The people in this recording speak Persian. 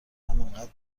همینقد